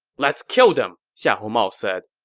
let's kill them, xiahou mao said.